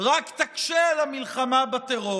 רק תקשה על המלחמה בטרור,